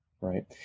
right